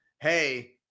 hey